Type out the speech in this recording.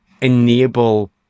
enable